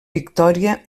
victòria